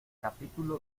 capítulo